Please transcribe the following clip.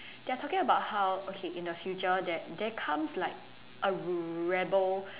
they are talking about how okay in the future there there comes like a rebel